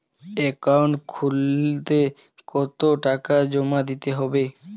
Account খুলতে কতো টাকা জমা দিতে হবে?